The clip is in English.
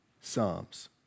Psalms